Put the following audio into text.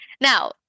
Now